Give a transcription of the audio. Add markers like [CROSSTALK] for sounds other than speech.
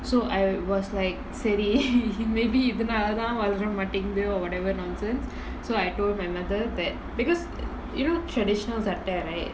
so I was like சரி:sari [LAUGHS] maybe இதனால தான் வளர மாடிங்தோ:ithanaala thaan valara matingutho or whatever nonsense so I told my mother that because you know traditionals at the right